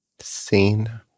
Seen